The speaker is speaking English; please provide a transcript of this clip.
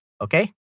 okay